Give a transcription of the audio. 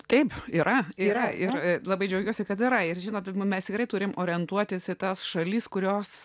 taip yra yra ir labai džiaugiuosi kad yra ir žinote mes tikrai turime orientuotis į tas šalis kurios